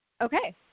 okay